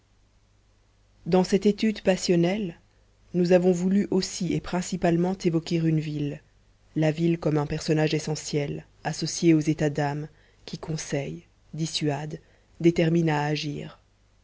dans cette étude passionnelle nous avons voulu aussi et principalement évoquer une ville la ville comme un personnage essentiel associé aux états d'âme qui conseille dissuade détermine